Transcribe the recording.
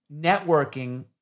networking